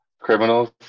criminals